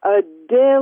ar dėl